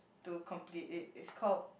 to complete i's called